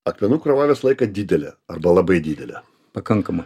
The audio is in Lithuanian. akmenų krūva visą laiką didelė arba labai didelė pakankama